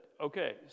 okay